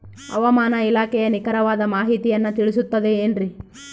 ಹವಮಾನ ಇಲಾಖೆಯ ನಿಖರವಾದ ಮಾಹಿತಿಯನ್ನ ತಿಳಿಸುತ್ತದೆ ಎನ್ರಿ?